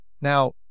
now